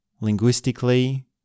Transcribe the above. linguistically